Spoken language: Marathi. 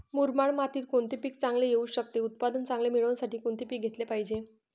मुरमाड मातीत कोणते पीक चांगले येऊ शकते? उत्पादन चांगले मिळण्यासाठी कोणते पीक घेतले पाहिजे?